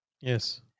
Yes